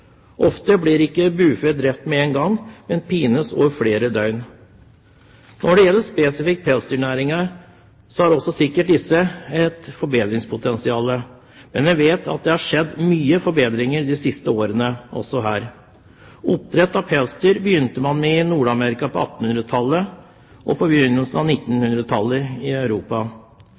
Ofte blir ikke bufe drept med én gang, men pines over flere døgn. Når det gjelder den spesifikke pelsdyrnæringen, har sikkert denne også et forbedringspotensial. Men jeg vet at det har skjedd mange forbedringer de siste årene også her. Oppdrett av pelsdyr begynte man med i Nord-Amerika på 1800-tallet og på begynnelsen av 1900-tallet i Europa.